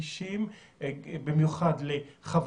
לכן הערך של בדיקות על ידי משתמשים עם מוגבלות